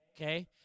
okay